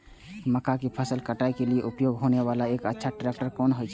मक्का के फसल काटय के लिए उपयोग होय वाला एक अच्छा ट्रैक्टर कोन हय?